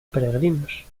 peregrinos